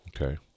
Okay